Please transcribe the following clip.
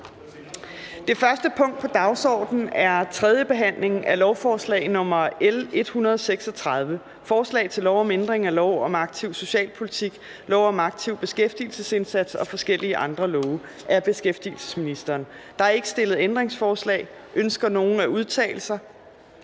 Det første punkt på dagsordenen er: 1) 3. behandling af lovforslag nr. L 136: Forslag til lov om ændring af lov om aktiv socialpolitik, lov om en aktiv beskæftigelsesindsats og forskellige andre love. (Justering af retten til ferie med ledighedsydelse, justering af mulighederne